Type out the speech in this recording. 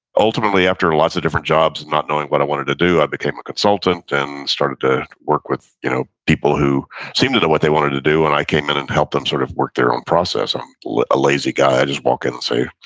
ultimately, after lots of different jobs and not knowing what i wanted to do, i became a consultant and started to work with you know people who seemed to know what they wanted to do, and i came in and helped them sort of work their own process. um like a lazy guy will just walk in and say, you